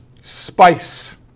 spice